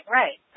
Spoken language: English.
right